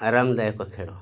ଆରାମଦାୟକ ଖେଳ